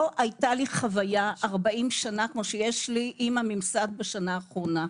לא הייתה לי חוויה 40 שנה כמו שיש לי עם הממסד בשנה האחרונה.